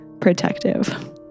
protective